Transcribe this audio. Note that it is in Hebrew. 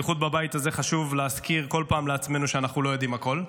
בייחוד בבית הזה חשוב להזכיר לעצמנו כל פעם שאנחנו לא יודעים הכול.